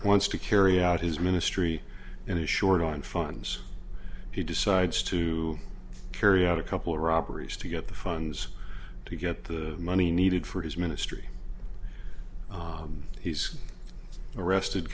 wants to carry out his ministry and is short on funds he decides to carry out a couple robberies to get the funds to get the money needed for his ministry he's arrested